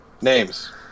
Names